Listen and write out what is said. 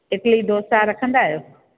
इडली ढोसा रखंदा आहियो